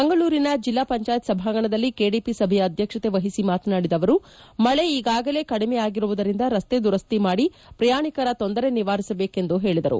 ಮಂಗಳೂರಿನ ಜಿಲ್ಲಾಪಂಚಾಯತ್ ಸಭಾಂಗಣದಲ್ಲಿ ಕೆಡಿಪಿ ಸಭೆಯ ಅಧ್ಯಕ್ಷತೆ ವಹಿಸಿ ಮಾತನಾಡಿದ ಅವರು ಮಳೆ ಈಗಾಗಲೇ ಕಡಿಮೆ ಆಗಿರುವುದರಿಂದ ರಸ್ತೆ ದುರಸ್ತಿ ಮಾಡಿ ಪ್ರಯಾಣಿಕರ ತೊಂದರೆ ನಿವಾರಿಸಬೇಕು ಎಂದು ಹೇಳಿದರು